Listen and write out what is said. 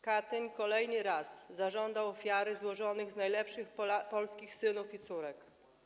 Katyń kolejny raz zażądał ofiary złożonej z najlepszych polskich synów i córek.